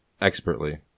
expertly